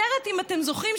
אם אתם זוכרים,